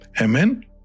Amen